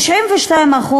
92%,